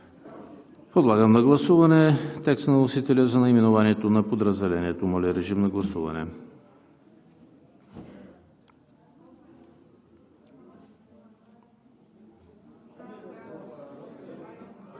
Подлагам на гласуване текста на вносителя за наименованието на подразделението. Гласували